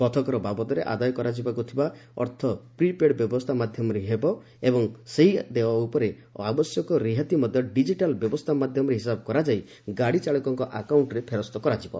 ପଥକର ବାବଦରେ ଆଦାୟ କରାଯିବାକୁ ଥିବା ଅର୍ଥ ପ୍ରି ପେଡ୍ ବ୍ୟବସ୍ଥା ମାଧ୍ୟମରେ ହିଁ ହେବ ଏବଂ ସେହି ଦେୟ ଉପରେ ଆବଶ୍ୟକ ରିହାତି ମଧ୍ୟ ଡିକିଟାଲ୍ ବ୍ୟବସ୍ଥା ମାଧ୍ୟମରେ ହିସାବ କରାଯାଇ ଗାଡ଼ିଚାଳକଙ୍କ ଆକାଉଣ୍ଟ୍ରେ ଫେରସ୍ତ କରାଯିବ